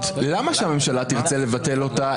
למה שהממשלה תרצה לבטל אותה?